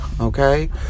okay